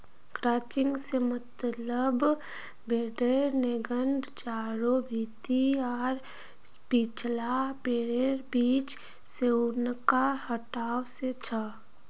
crutching से मतलब भेडेर नेंगड चारों भीति आर पिछला पैरैर बीच से ऊनक हटवा से छ